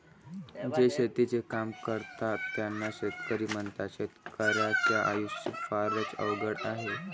जे शेतीचे काम करतात त्यांना शेतकरी म्हणतात, शेतकर्याच्या आयुष्य फारच अवघड आहे